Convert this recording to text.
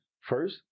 First